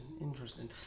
interesting